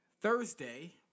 Thursday